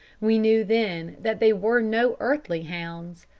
we knew then that they were no earthly hounds,